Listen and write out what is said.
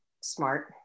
smart